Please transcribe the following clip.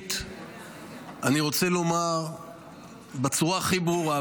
ראשית אני רוצה לומר בצורה הכי ברורה,